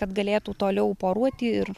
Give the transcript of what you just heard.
kad galėtų toliau poruoti ir